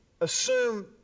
assume